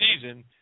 season